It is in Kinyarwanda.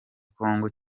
congo